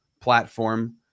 platform